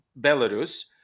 Belarus